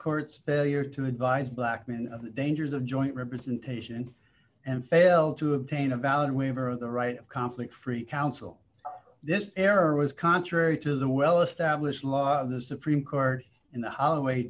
barrier to advise black men of the dangers of joint representation and failed to obtain a valid waiver of the right of conflict free counsel this error was contrary to the well established law of the supreme court in the holloway